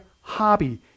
hobby